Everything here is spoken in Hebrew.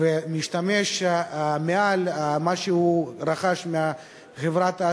ומשתמש מעל מה שהוא רכש מחברת הסלולר,